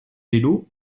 vélos